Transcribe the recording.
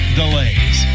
delays